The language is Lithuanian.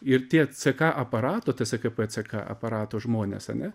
ir tie ck aparato tskp ck aparato žmones ane